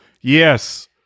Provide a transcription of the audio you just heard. Yes